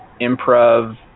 improv